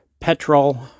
petrol